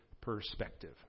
perspective